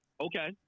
Okay